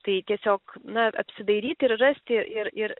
tai tiesiog na apsidairyti ir rasti ir ir